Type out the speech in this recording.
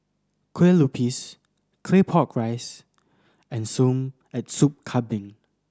kue lupis Claypot Rice and Sup Kambing